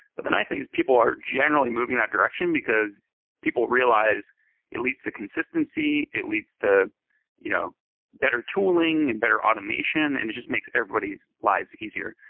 but the nice thing is people are generally moving in that direction because people realize it leads to consistency. it leads to you know better tooling and better automation and it just makes everybody's lives easier.